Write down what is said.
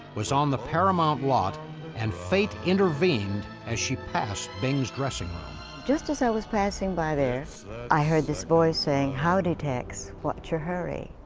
was on the paramount lot and fate intervened as she passed bing's dressing room. just as i was passing by i heard this voice saying, howdy tex, what's your hurry.